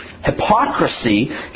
Hypocrisy